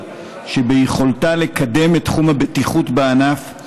שביכולתה לקדם את תחום הבטיחות בענף,